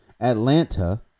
Atlanta